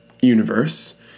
universe